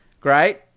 Great